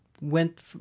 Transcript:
went